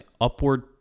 upward